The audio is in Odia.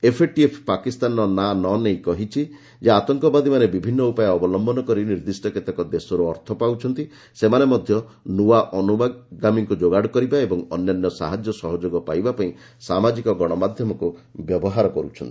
ଏଫ୍ଏଟିଏଫ୍ ପାକିସ୍ତାନର ନାଁ ନ ନେଇ କହିଛି ଯେ ଆତଙ୍କବାଦୀମାନେ ବିଭିନ୍ନ ଉପାୟ ଅବଲମ୍ଘନ କରି ନିର୍ଦ୍ଦିଷ୍ଟ କେତେକ ଦେଶରୁ ଅର୍ଥ ପାଉଛନ୍ତି ସେମାନେ ମଧ୍ୟ ନୂଆ ଅନୁଗାମିଙ୍କୁ ଯୋଗାଡ଼ କରିବା ଓ ଅନ୍ୟାନ୍ୟ ସହାଯ୍ୟ ସହଯୋଗ ପାଇବା ପାଇଁ ସାମାଜିକ ଗଣମାଧ୍ୟମକୁ ବ୍ୟବହାର କରୁଛନ୍ତି